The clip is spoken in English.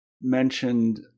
mentioned